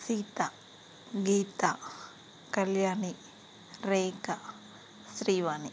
Sita Geetha Kalyani Rekha Srivani